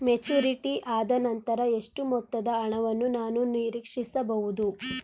Maturity ಆದನಂತರ ಎಷ್ಟು ಮೊತ್ತದ ಹಣವನ್ನು ನಾನು ನೀರೀಕ್ಷಿಸ ಬಹುದು?